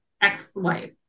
ex-wife